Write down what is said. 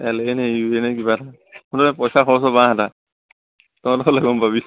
L এ নে ইউ এ নে কিবা এটা পইচা খৰচ বাঁহ এটা তই পালে গ'ম পাবি